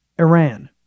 Iran